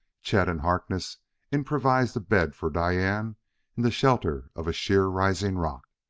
chet and harkness improvised a bed for diane in the shelter of a sheer-rising rock.